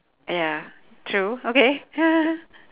ya true okay